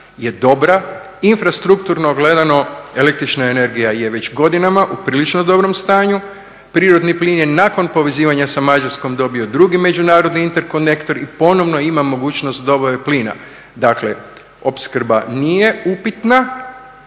je dobra. Infrastrukturno gledano električna energija je već godinama u prilično dobrom stanju. Prirodni plin je nakon povezivanja sa Mađarskom dobio drugi međunarodni interkonektor i ponovno ima mogućnost dobave plina. Dakle opskrba nije upitna,